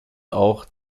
auch